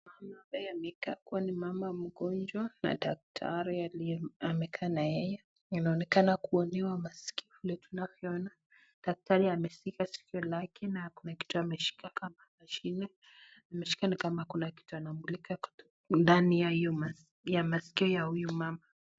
Huyu ambaye amekaa kua ni mama mgonjwa na daktari amekaa na yeye anaonekana kuonewa masikio vile tunavyoona, daktari ameshika sikio lake na kuna kitu ameshika kama mashine ameshika nikama kuna kitu anamulika ndani ya hiyo masikio ya huyo mama.